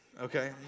okay